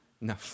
No